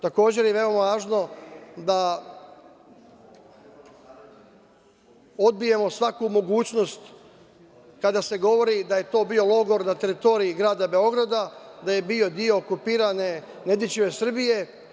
Takođe je veoma važno da odbijemo svaku mogućnost kada se govori da je to bio logor na teritoriji grada Beograda, da je bio deo okupirane Nedićeve Srbije.